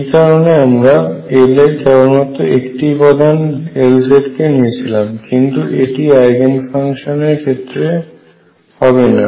এই কারণে আমরা L এর কেবলমাত্র একটি উপাদান Lz কে নিয়েছিলাম কিন্তু এটি আইগেন ফাংশনের ক্ষেত্রে হবে না